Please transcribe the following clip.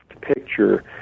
picture